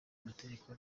amategeko